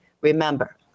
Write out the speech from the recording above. Remember